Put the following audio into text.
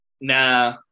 Nah